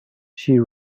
she